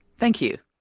thank you.